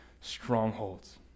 strongholds